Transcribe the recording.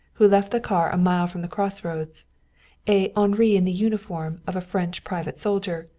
who left the car a mile from the crossroads a henri in the uniform of a french private soldier,